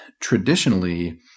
traditionally